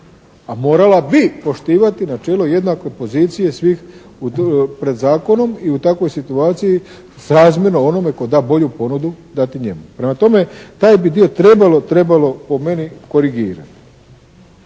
a morala bi poštivati načelo jednake pozicije svih pred zakonom i u takvoj situaciji srazmjerno onome tko da bolju ponudu dati njemu. Prema tome, taj bi dio trebalo, trebalo po meni korigirati.